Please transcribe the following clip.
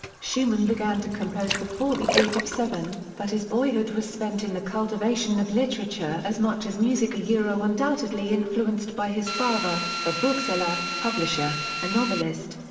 schumann began to compose before the age of seven, but his boyhood was spent in the cultivation of literature as much as music yeah undoubtedly influenced by his father, a bookseller, publisher, and novelist.